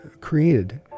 created